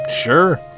Sure